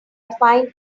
find